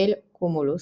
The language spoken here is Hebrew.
גייל קומולוס,